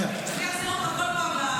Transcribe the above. אני אחזיר אותך כל פעם.